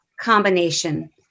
combination